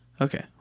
Okay